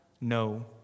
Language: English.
no